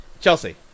Chelsea